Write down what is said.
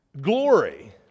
Glory